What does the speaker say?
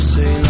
Say